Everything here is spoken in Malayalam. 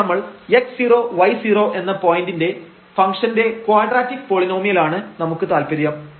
ഇവിടെ നമ്മൾ x0y0 എന്ന ഈ പോയന്റിന്റെ ഫംഗ്ഷന്റെ ക്വാഡ്രറ്റിക് പോളിനോമിയൽ ആണ് നമുക്ക് താല്പര്യം